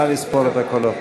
נא לספור את הקולות.